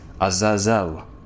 Azazel